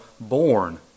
born